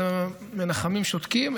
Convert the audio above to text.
אז המנחמים שותקים,